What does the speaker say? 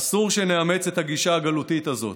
אסור שנאמץ את הגישה הגלותית הזאת.